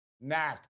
nat